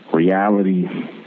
reality